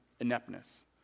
ineptness